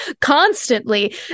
constantly